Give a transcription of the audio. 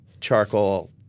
charcoal